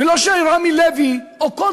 ולא ש"רמי לוי" או כל